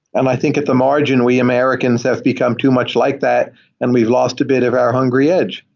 and i think at the margin, we americans have become too much like that and we've lost a bit of our hungry edge,